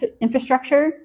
infrastructure